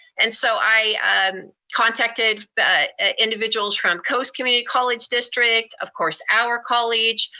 and so i contacted but ah individuals from coast community college district, of course our college.